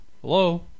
Hello